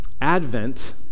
Advent